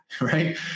right